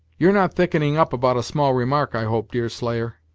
you're not thick'ning up about a small remark, i hope, deerslayer,